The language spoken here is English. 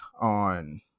on